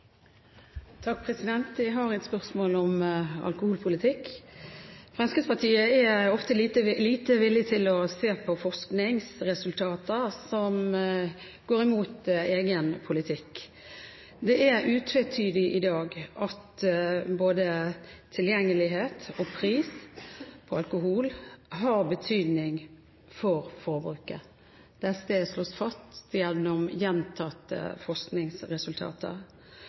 ofte lite villig til å se på forskningsresultater som går imot egen politikk. Det er utvetydig i dag at både tilgjengelighet og pris på alkohol har betydning for forbruket. Det er slått fast gjennom gjentatte forskningsresultater.